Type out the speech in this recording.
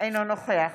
אינו נוכח